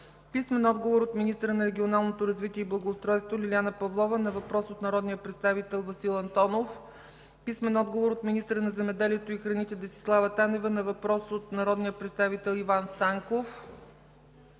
Иванов; - министъра на регионалното развитие и благоустройството Лиляна Павлова на въпрос от народния представител Васил Антонов; - министъра на земеделието и храните Десислава Танева на въпрос от народния представител Иван Станков;